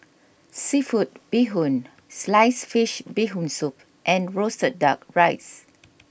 Seafood Bee Hoon Sliced Fish Bee Hoon Soup and Roasted Duck Rice